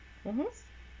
(uh huh)